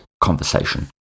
conversation